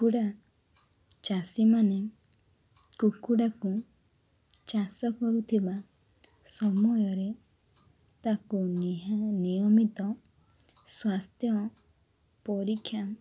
କୁକୁଡ଼ା ଚାଷୀମାନେ କୁକୁଡ଼ାକୁ ଚାଷ କରୁଥିବା ସମୟରେ ତାକୁ ନିୟମିତ ସ୍ୱାସ୍ଥ୍ୟ ପରୀକ୍ଷା